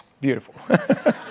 beautiful